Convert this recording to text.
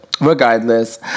Regardless